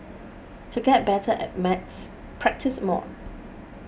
to get better at maths practise more